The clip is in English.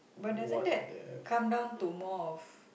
but doesn't that come down to more of